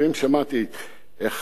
שמעתי את החבר,